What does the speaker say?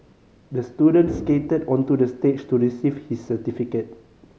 the student skated onto the stage to receive his certificate